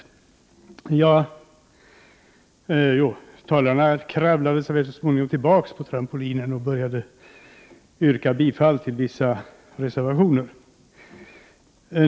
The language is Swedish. Nå, talarna kravlade sig så småningom tillbaka upp på trampolinen och började yrka bifall till vissa reservationer.